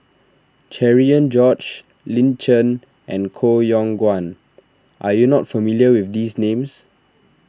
Cherian George Lin Chen and Koh Yong Guan are you not familiar with these names